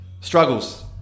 struggles